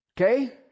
Okay